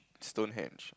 Stonehenge